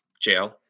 jail